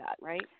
right